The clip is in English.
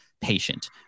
patient